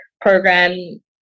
program